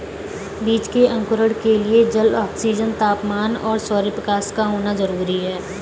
बीज के अंकुरण के लिए जल, ऑक्सीजन, तापमान और सौरप्रकाश का होना जरूरी है